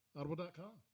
Audible.com